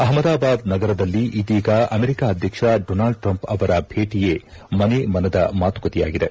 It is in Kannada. ಆಹ್ಮದಾಬಾದ್ ನಗರದಲ್ಲಿ ಇದೀಗ ಅಮೆರಿಕಾ ಅಧ್ವಕ್ಷ ಡೊನಾಲ್ಡ್ ಟ್ರಂಪ್ ಅವರ ಭೇಟಿಯೇ ಮನೆ ಮನದ ಮಾತುಕತೆಯಾಗಿದೆ